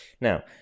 now